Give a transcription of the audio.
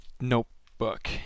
notebook